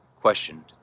questioned